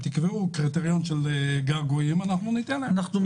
אם תקבעו קריטריון של געגועים אז אנחנו ניתן להם לצאת.